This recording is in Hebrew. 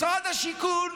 משרד השיכון,